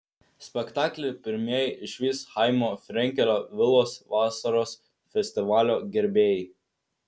spektaklį pirmieji išvys chaimo frenkelio vilos vasaros festivalio gerbėjai